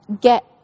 get